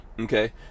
Okay